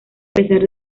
pesar